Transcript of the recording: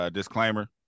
Disclaimer